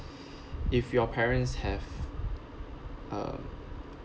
if your parents have uh